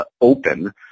open